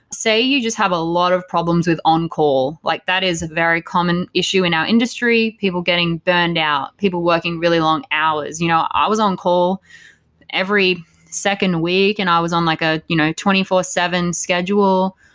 say you just have a lot of problems with on-call. like that is a very common issue in our industry, people getting burned out, people working really long hours. you know i was on-call every second week and i was on like a you know two four zero seven schedule.